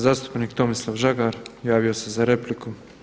Zastupnik Tomislav Žagar javio se za repliku.